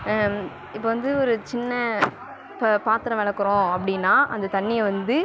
இப்போ வந்து ஒரு சின்ன இப்போ பாத்திரம் விளக்குறோம் அப்படினா அந்த தண்ணியை வந்து